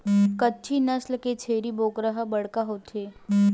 कच्छी नसल के छेरी बोकरा ह बड़का होथे